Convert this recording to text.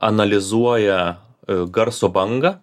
analizuoja garso bangą